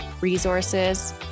resources